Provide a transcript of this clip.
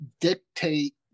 dictate